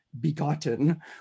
begotten